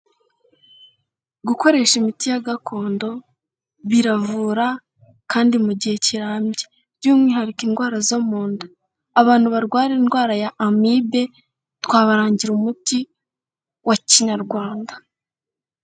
Gukoresha imiti ya gakondo biravura kandi mu gihe kirambye, by'umwihariko indwara zo mu nda, abantu barwara indwara ya amibe twabarangira umuti wa Kinyarwanda.